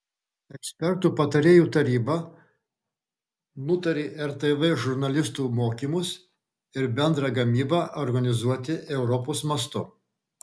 ekspertų patarėjų taryba nutarė rtv žurnalistų mokymus ir bendrą gamybą organizuoti europos mastu